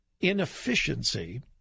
inefficiency